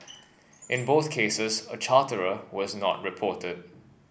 in both cases a charterer was not reported